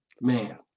Man